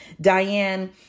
Diane